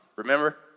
remember